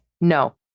No